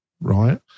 right